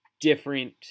different